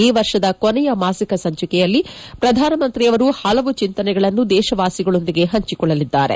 ಈ ವರ್ಷದ ಕೊನೆಯ ಮಾಸಿಕ ಸಂಚಿಕೆಯಲ್ಲಿ ಪ್ರಧಾನಮಂತ್ರಿಯವರು ಹಲವು ಚಿಂತನೆಗಳನ್ನು ದೇಶವಾಸಿಗಳೊಂದಿಗೆ ಹಂಚಿಕೊಳ್ಳಲಿದ್ದಾರೆ